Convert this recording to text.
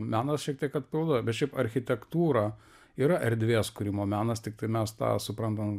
menas šiek tiek atpalaiduoja bet šiaip architektūra yra erdvės kūrimo menas tiktai mes tą suprantam